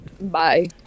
Bye